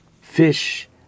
fish